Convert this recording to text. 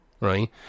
right